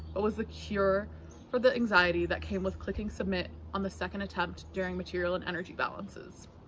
what was the cure for the anxiety that came with clicking submit on the second attempt during material and energy balances